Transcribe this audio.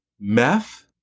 Meth